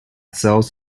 cells